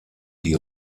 die